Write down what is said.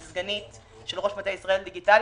סגנית ראש מטה ישראל דיגיטלית,